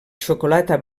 xocolata